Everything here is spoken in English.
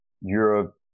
Europe